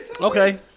Okay